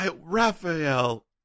Raphael